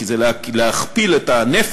כי זה להכפיל את הנפח,